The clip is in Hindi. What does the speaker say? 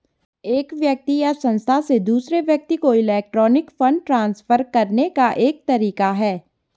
एक व्यक्ति या संस्था से दूसरे व्यक्ति को इलेक्ट्रॉनिक फ़ंड ट्रांसफ़र करने का एक तरीका है